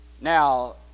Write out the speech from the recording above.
Now